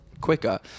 quicker